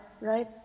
right